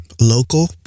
local